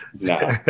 no